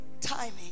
timing